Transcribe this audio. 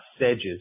sedges